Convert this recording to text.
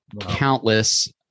countless